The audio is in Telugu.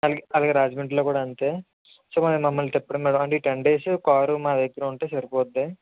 అల అలాగే రాజమండ్రిలో కుడా అంతే సో మమ్మల్ని తిప్పడం మేడం ఈ టెన్ డేసు కారు మా దగ్గర ఉంటే సరిపోతుంది